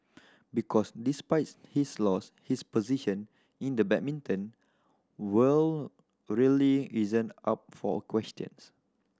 because despite his loss his position in the badminton world really isn't up for questions